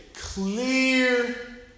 clear